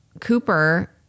Cooper